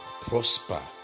prosper